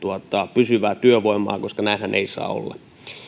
pysyvää työvoimaa koska näinhän ei saa olla